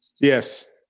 Yes